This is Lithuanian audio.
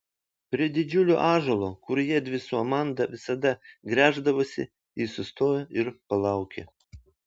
prie didžiulio ąžuolo kur jiedvi su amanda visada gręždavosi ji sustojo ir palaukė